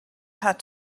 had